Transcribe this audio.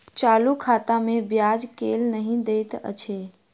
चालू खाता मे ब्याज केल नहि दैत अछि